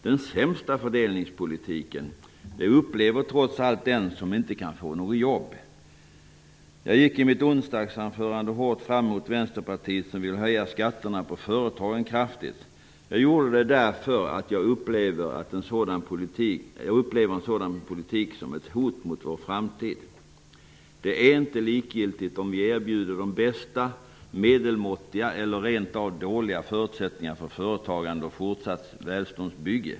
Den sämsta fördelningspolitiken upplever trots allt den som inte kan få något jobb. Jag gick i mitt onsdagsanförande hårt fram mot Vänsterpartiet, som vill höja skatterna på företagen kraftigt. Jag gjorde det därför att jag upplever en sådan politik som ett hot mot vår framtid. Det är inte likgiltigt om vi erbjuder de bästa, medelmåttiga eller rent av dåliga förutsättningar för företagande och fortsatt välståndsbygge.